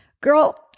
Girl